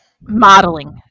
modeling